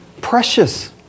precious